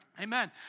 Amen